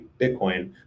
Bitcoin